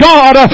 God